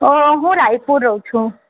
અ હું રાયપુર રહું છું